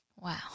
Wow